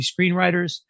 Screenwriters